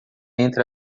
entre